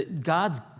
God's